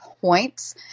points